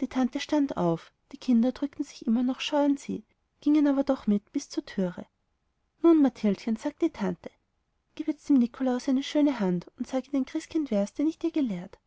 die tante stand auf die kinder drückten sich immer noch scheu an sie gingen aber doch mit bis zur türe nun mathildchen sagte die tante gib jetzt dem nikolaus eine schöne hand und sage den christkindvers den ich dir gelehrt